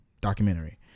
documentary